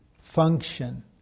function